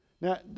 now